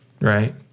right